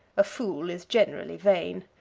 a fool is generally vain.